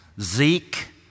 Zeke